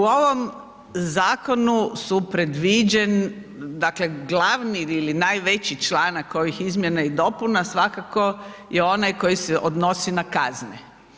U ovom zakonu su predviđen, dakle glavni ili najveći članak ovih izmjena i dopuna svakako je onaj koji se odnosi na kazne.